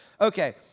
Okay